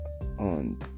on